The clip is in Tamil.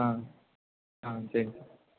ஆ ஆ சரிப்பா